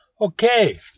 Okay